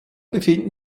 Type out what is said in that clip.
befinden